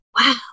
wow